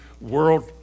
world